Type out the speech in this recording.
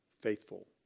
faithful